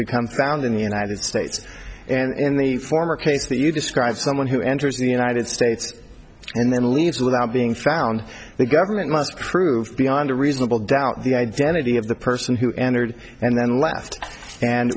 become found in the united states and in the former case that you describe someone who enters the united states and then leaves without being found the government must prove beyond a reasonable doubt the identity of the person who entered and then last and